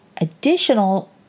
additional